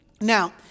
Now